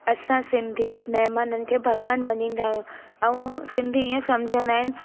असां सिंधी महिमाननि खे भॻिवानु मञींदा आहियूं ऐं सिंधी ईअं सम्झंदा आहिनि